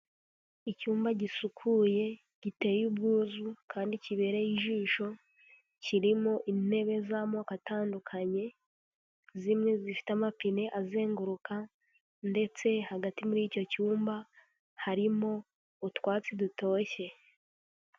Icyumba gisukuye giteye ubwuzu kandi kibereye ijisho kirimo intebe z'amoko atandukanye zimwe zifite amapine azenguruka ndetse hagati muri icyo cyumba harimo utwatsi dutoshye.